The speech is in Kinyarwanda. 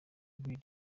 rule